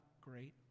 great